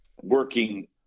working